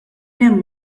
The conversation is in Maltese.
hemm